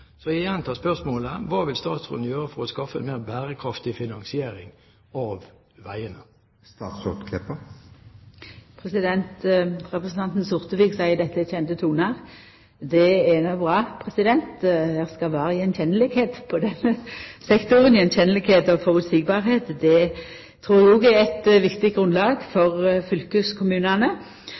Så jeg gjentar spørsmålet: Hva vil statsråden gjøre for å skaffe en mer bærekraftig finansiering av veiene? Representanten Sortevik seier dette er kjende tonar. Det er bra, det skal vera attkjenning i denne sektoren. Attkjenning og føreseielegheit trur eg òg er eit viktig grunnlag for